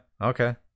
okay